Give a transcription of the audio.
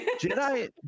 Jedi